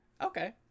Okay